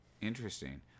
Interesting